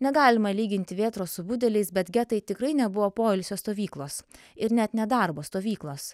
negalima lyginti vėtros su budeliais bet getai tikrai nebuvo poilsio stovyklos ir net ne darbo stovyklos